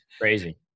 crazy